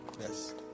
Yes